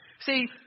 See